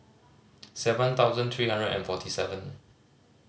seven thousand three hundred and forty seven